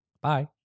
Bye